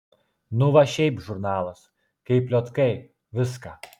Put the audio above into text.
nu va šiaip žurnalas kaip pliotkai viską